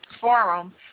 forum